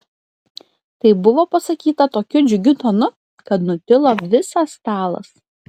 tai buvo pasakyta tokiu džiugiu tonu kad nutilo visas stalas